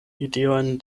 ideojn